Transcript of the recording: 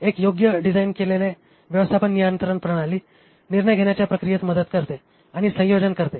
एक योग्य डिझाइन केलेले व्यवस्थापन नियंत्रण प्रणाली निर्णय घेण्याच्या प्रक्रियेस मदत करते आणि संयोजन करते